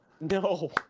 No